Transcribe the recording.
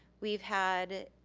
we've had,